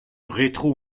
rétro